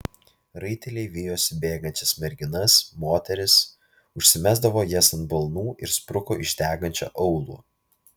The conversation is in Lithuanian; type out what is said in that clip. raiteliai vijosi bėgančias merginas moteris užsimesdavo jas ant balnų ir spruko iš degančio aūlo